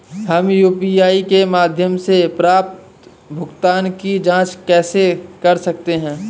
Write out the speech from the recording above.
हम यू.पी.आई के माध्यम से प्राप्त भुगतान की जॉंच कैसे कर सकते हैं?